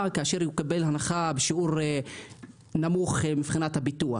כאשר הוא מקבל הנחה בשיעור נמוך מבחינת הביטוח.